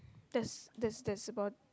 there's there's there's about